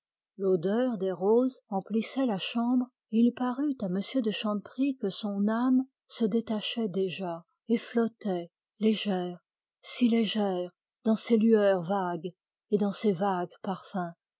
l'odeur des roses emplissait la chambre et il parut à m de chanteprie que son âme se détachait déjà et flottait légère si légère dans ces lueurs vagues et dans ces vagues parfums